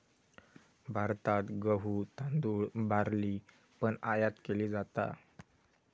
भारतात गहु, तांदुळ, बार्ली पण आयात केली जाता